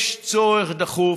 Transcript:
יש צורך דחוף,